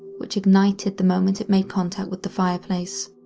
which ignited the moment it made contact with the fireplace.